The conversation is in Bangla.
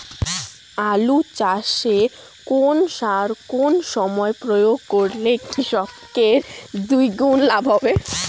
আলু চাষে কোন সার কোন সময়ে প্রয়োগ করলে কৃষকের দ্বিগুণ লাভ হবে?